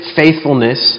faithfulness